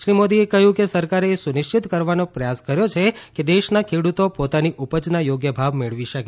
શ્રી મોદીએ કહ્યું કે સરકારે એ સુનિશ્ચિત કરવાનો પ્રયાસ કર્યો છે કે દેશના ખેડૂતો પોતાની ઉપજના યોગ્ય ભાવ મેળવી શકે